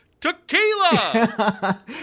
Tequila